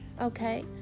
Okay